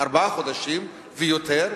ארבעה חודשים ויותר,